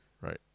right